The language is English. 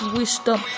wisdom